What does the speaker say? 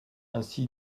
ainsi